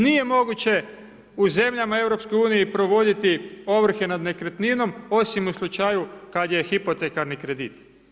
Nije moguće u zemljama EU provoditi ovrhe nad nekretninom, osim u slučaju kad je hipotekarni kredit.